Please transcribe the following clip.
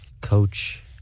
coach